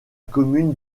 commune